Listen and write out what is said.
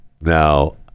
Now